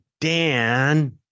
Dan